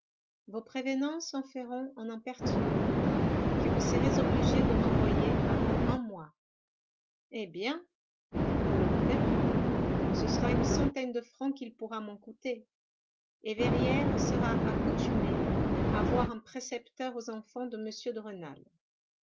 vos prévenances en feront un impertinent que vous serez obligé de renvoyer avant un mois eh bien nous le renverrons ce sera une centaine de francs qu'il pourra m'en coûter et verrières sera accoutumée à voir un précepteur aux enfants de